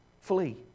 flee